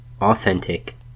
authentic